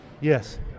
yes